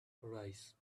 arise